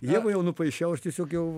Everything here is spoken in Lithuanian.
ievą jau nupaišiau aš tiesiog jau